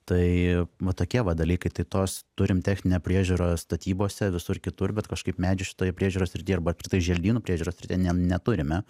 tai va tokie va dalykai tai tos turim techninę priežiūrą statybose visur kitur bet kažkaip medžių šitoje priežiūros srity arba apskritai želdynų priežiūros srityje ne neturime